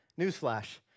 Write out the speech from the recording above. newsflash